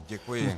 Děkuji.